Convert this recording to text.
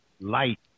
light